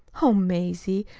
oh, mazie,